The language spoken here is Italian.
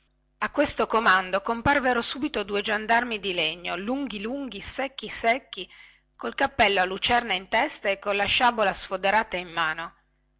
a questo comando comparvero subito due giandarmi di legno lunghi lunghi secchi secchi col cappello a lucerna in testa e colla sciabola sfoderata in mano